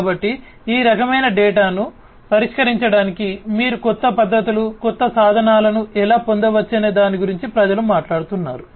కాబట్టి ఈ రకమైన డేటాను పరిష్కరించడానికి మీరు క్రొత్త పద్ధతులు క్రొత్త సాధనాలను ఎలా పొందవచ్చనే దాని గురించి ప్రజలు మాట్లాడుతున్నారు